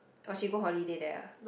oh she go holiday there ah